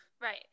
Right